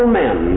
men